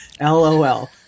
LOL